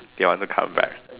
they want to come back